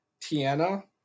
Tiana